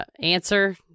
answer